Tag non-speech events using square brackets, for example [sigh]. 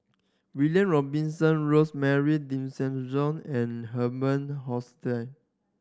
William Robinson Rosemary [unintelligible] and Herman [unintelligible]